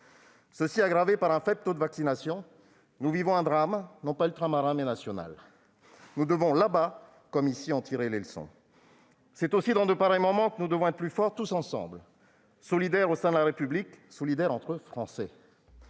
vaccination est un facteur aggravant. Nous vivons un drame, non pas ultramarin, mais national. Nous devons, là-bas comme ici, en tirer les leçons. C'est aussi dans de pareils moments que nous devons être plus forts tous ensemble, solidaires au sein de la République, solidaires entre Français.